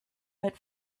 but